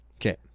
Okay